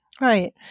right